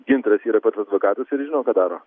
gintaras yra pats advokatas ir jis žino ką daro